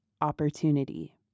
opportunity